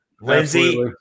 Lindsay